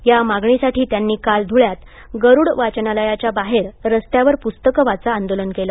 या मागणीसाठी त्यांनी काल धूळ्यात गरुड वाचनालयाच्या बाहेर रस्त्यावर पुस्तक वाचा आंदोलन केलं